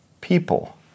people